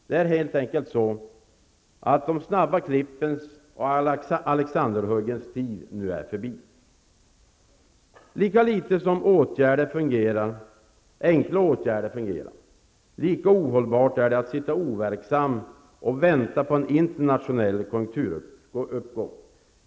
Det är helt enkelt så att de snabba klippens och Alexanderhuggens tid nu är förbi. Lika litet som enkla åtgärder fungerar, lika ohållbart är det att sitta overksam och vänta på en internationell konjunkturuppgång.